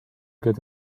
get